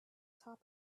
top